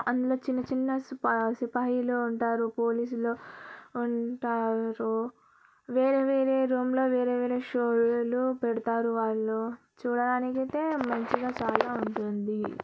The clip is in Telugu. అందులో చిన్న చిన్న సిపా సిపాయిలు ఉంటారు పోలీసులు ఉంటారు వేరే వేరే రూమ్లో వేరే వేరే షోలు పెడతారు వాళ్ళు చూడడానికైతే మంచిగా ఉంటుంది